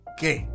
Okay